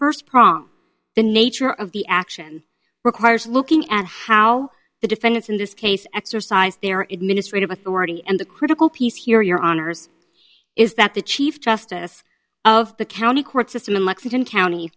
first prong the nature of the action requires looking at how the defendants in this case exercise their administrative authority and the critical piece here your honour's is that the chief justice of the county court system in lexington county